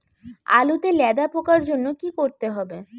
আলুতে লেদা পোকার জন্য কি করতে হবে?